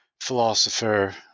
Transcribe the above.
philosopher